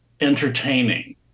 entertaining